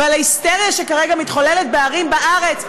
ועל ההיסטריה שכרגע מתחוללת בערים בארץ,